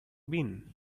bin